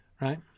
right